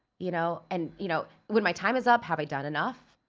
you know and you know. when my time is up, have i done enough?